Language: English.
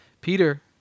Peter